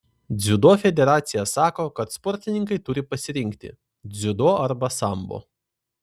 dziudo federacija sako kad sportininkai turi pasirinkti dziudo arba sambo